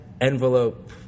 envelope